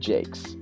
Jakes